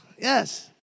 yes